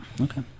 Okay